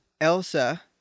Elsa